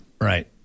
Right